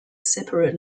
separate